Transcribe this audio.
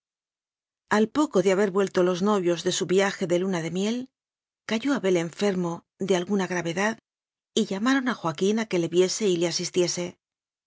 al poco de haber vuelto los novios de su viaje de luna de miel cayó abel enfermo de alguna gravedad y llamaron a joaquín a que le viese y le asistiese